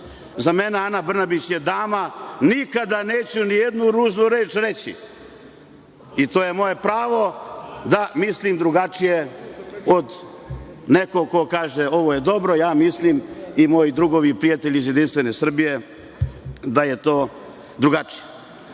mene Ana Brnabić je dama. Nikada neću ni jednu ružnu reč reći. Moje je pravo da mislim drugačije od nekog ko kaže – ovo je dobro. Ja mislim i moji drugovi i prijatelji iz JS da je to drugačije. Dame